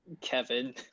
kevin